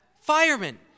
firemen